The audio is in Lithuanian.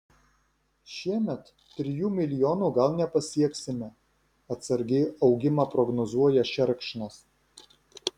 šiemet trijų milijonų gal nepasieksime atsargiai augimą prognozuoja šerkšnas